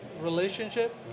relationship